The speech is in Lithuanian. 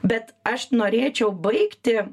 bet aš norėčiau baigti